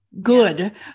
good